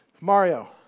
Mario